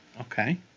Okay